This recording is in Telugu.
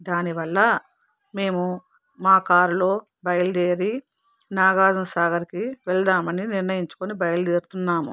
దానివల్ల మేము మా కారులో బయలుదేరి నాగార్జునసాగర్కి వెళ్దామని నిర్ణయించుకొని బయలుదేరుతున్నాము